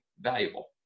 valuable